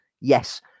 yes